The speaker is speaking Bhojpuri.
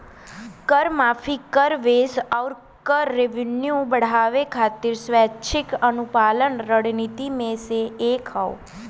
कर माफी, कर बेस आउर कर रेवेन्यू बढ़ावे खातिर स्वैच्छिक अनुपालन रणनीति में से एक हौ